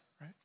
right